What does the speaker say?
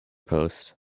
post